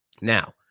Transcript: now